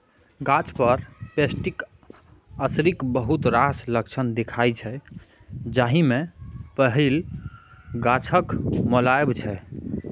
गाछ पर पेस्टक असरिक बहुत रास लक्षण देखाइ छै जाहि मे पहिल गाछक मौलाएब छै